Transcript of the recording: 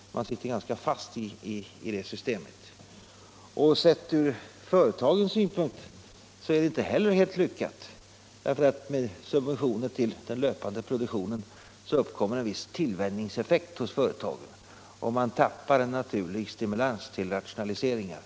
Man sitter fast i det systemet. Sett från företagens synpunkt är det inte helt lyckat. Med subventioner till den löpande produktionen uppkommer en viss tillvänjningseffekt hos företagen, och man tappar en naturlig stimulans till rationaliseringar.